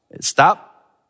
Stop